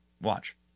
Watch